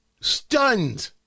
stunned